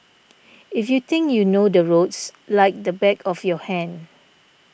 if you think you know the roads like the back of your hand